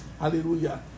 hallelujah